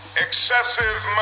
excessive